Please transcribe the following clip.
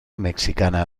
mexicana